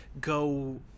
go